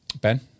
Ben